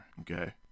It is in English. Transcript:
okay